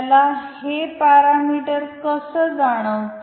त्याला हे पॅरामीटर कसे जाणवते